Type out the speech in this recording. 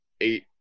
eight